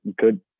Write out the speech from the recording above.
good